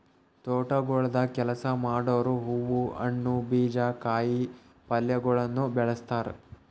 ತೋಟಗೊಳ್ದಾಗ್ ಕೆಲಸ ಮಾಡೋರು ಹೂವು, ಹಣ್ಣು, ಬೀಜ, ಕಾಯಿ ಪಲ್ಯಗೊಳನು ಬೆಳಸ್ತಾರ್